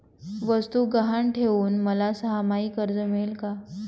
वस्तू गहाण ठेवून मला सहामाही कर्ज मिळेल का?